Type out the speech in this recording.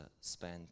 spend